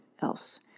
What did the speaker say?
else